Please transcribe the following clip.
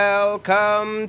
Welcome